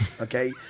Okay